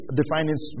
defining